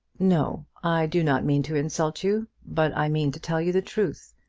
no i do not mean to insult you, but i mean to tell you the truth.